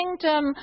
kingdom